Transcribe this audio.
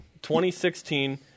2016